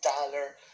dollar